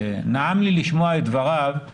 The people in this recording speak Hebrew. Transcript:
נעם לי לשמוע את דבריו של ח"כ אבוטבול.